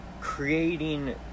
creating